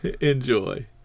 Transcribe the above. Enjoy